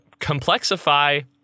Complexify